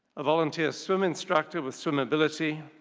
a volunteer swim instructor with swim ability,